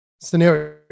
scenario